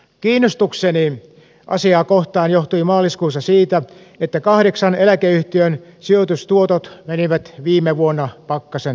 kiinnostukseni asiaa kohtaan johtui maaliskuussa siitä että kahdeksan eläkeyhtiön sijoitustuotot menivät viime vuonna pakkasen puolelle